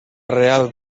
real